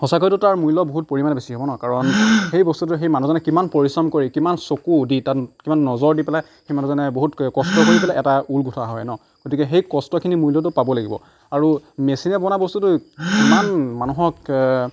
সঁচাকৈতো তাৰ মূল্য বহুত পৰিমাণে বেছি হ'ব ন কাৰণ সেই বস্তুটোৰ সেই মানুহজনে কিমান পৰিশ্ৰম কৰি কিমান চকু দি তাত কিমান নজৰ দি পেলাই সেই মানুহজনে বহুত কষ্ট কৰি পেলাই এটা ঊল গুঠা হয় ন গতিকে সেই কষ্টখিনিৰ মূল্যটো পাব লাগিব আৰু মেচিনে বনোৱা বস্তুটো কিমান মানুহক